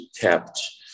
kept